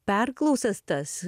perklausas tas